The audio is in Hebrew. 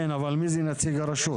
כן, אבל מי זה נציג הרשות?